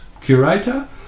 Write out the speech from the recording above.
Curator